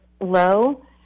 low